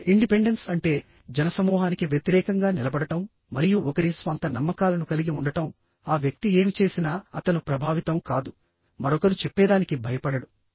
field independence అంటే జనసమూహానికి వ్యతిరేకంగా నిలబడటం మరియు ఒకరి స్వంత నమ్మకాలను కలిగి ఉండటం ఆ వ్యక్తి ఏమి చేసినా అతను ప్రభావితం కాదు మరొకరు చెప్పేదానికి భయపడడు